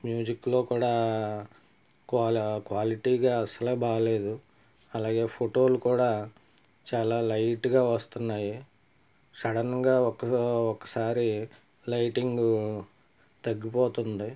మ్యూజిక్లో కూడా క్వాలిటీగా అస్సలే బాగోలేదు అలాగే ఫోటోలు కూడా చాలా లైట్గా వస్తున్నాయి సడన్గా ఒకసారి లైటింగ్ తగ్గిపోతుంది